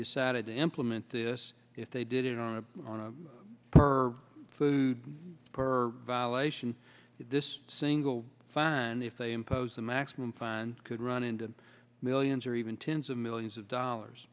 decided to implement this if they did it on a per food per violation this single fine if they imposed the maximum fine could run into the millions or even tens of millions of dollars